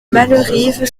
bellerive